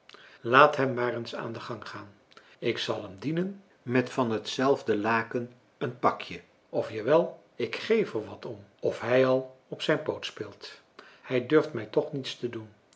laat hem maar eens aan den gang gaan ik zal hem dienen met van t zelfde laken een pakje of jawel ik geef er wat om of hij al op zijn poot speelt hij durft mij toch niets te doen